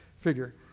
figure